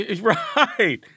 Right